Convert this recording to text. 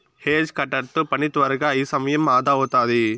hedge cutter తో పని త్వరగా అయి సమయం అదా అవుతాది